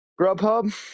Grubhub